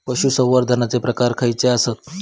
पशुसंवर्धनाचे प्रकार खयचे आसत?